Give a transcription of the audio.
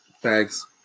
thanks